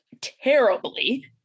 terribly